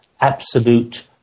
absolute